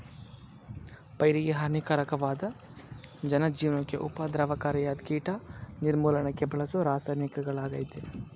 ಪೈರಿಗೆಹಾನಿಕಾರಕ್ವಾದ ಜನಜೀವ್ನಕ್ಕೆ ಉಪದ್ರವಕಾರಿಯಾದ್ಕೀಟ ನಿರ್ಮೂಲನಕ್ಕೆ ಬಳಸೋರಾಸಾಯನಿಕಗಳಾಗಯ್ತೆ